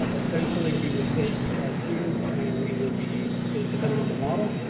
um essentially, we would take students and we would be depending on the model,